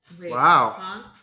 Wow